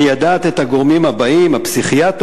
מיידעת את הגורמים הבאים: הפסיכיאטר,